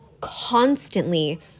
constantly